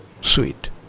sweet